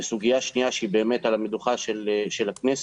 סוגיה שנייה שהיא באמת על המדוכה של הכנסת,